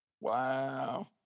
Wow